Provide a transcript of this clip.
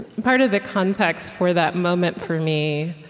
part of the context for that moment, for me,